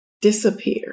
disappear